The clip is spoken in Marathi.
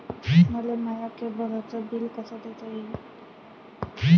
मले माया केबलचं बिल कस देता येईन?